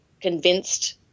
convinced